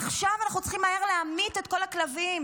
עכשיו אנחנו צריכים מהר להמית את כל הכלבים,